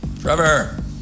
Trevor